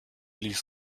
ließ